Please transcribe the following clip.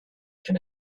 and